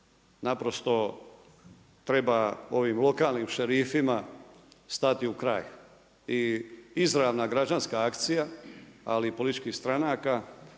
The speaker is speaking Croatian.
Naprosto treba ovim lokalnim šerifima stati u kraj i izravna građanska akcija ali političkih stranaka